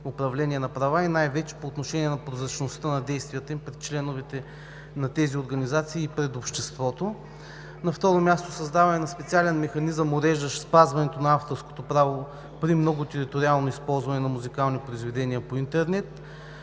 управление на права, най-вече по отношение на прозрачността на действията им пред членовете на тези организации и пред обществото. На второ място, създаване на специален механизъм, уреждащ спазването на авторското право при многотериториално използване на музикални произведения по интернет.